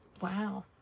Wow